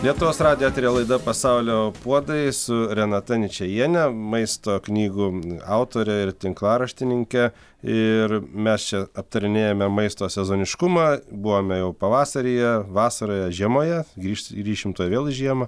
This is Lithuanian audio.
lietuvos radijo eteryje laida pasaulio puodai su renata ničajiene maisto knygų autore ir tinklaraštininke ir mes čia aptarinėjame maisto sezoniškumą buvome jau pavasaryje vasaroje žiemoje grįš grįšim tuoj vėl į žiemą